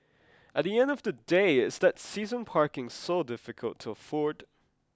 at the end of the day is that season parking so difficult to afford